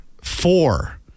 four